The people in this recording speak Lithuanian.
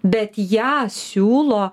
bet ją siūlo